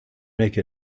make